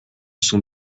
sont